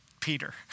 Peter